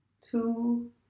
two